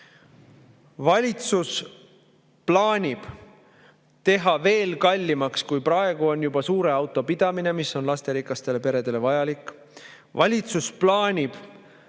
Valitsus plaanib teha veel kallimaks, kui see praegu juba on, suure auto pidamise, mis on lasterikastele peredele vajalik. Valitsus plaanib